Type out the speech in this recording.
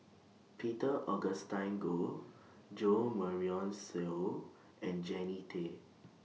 Peter Augustine Goh Jo Marion Seow and Jannie Tay